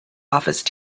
office